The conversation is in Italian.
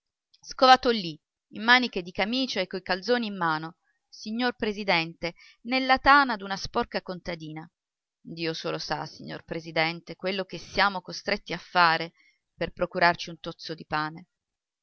scovato lì in maniche di camicia e coi calzoni in mano signor presidente nella tana d'una sporca contadina dio solo sa signor presidente quello che siamo costretti a fare per procurarci un tozzo di pane